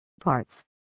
parts